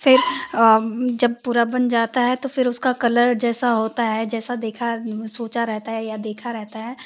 फ़िर जब पूरा बन जाता है तो फ़िर उसका कलर जैसा होता है जैसा देखा सोचा रहता है या देखा रहता है